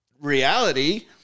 reality